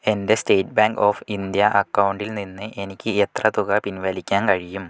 എൻ്റെ State Bank of India അക്കൗണ്ടിൽ നിന്ന് എനിക്ക് എത്ര തുക പിൻവലിക്കാൻ കഴിയും